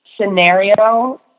scenario